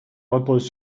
repose